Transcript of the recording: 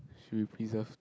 should be preserved